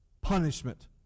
punishment